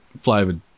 flavored